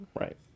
Right